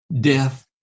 death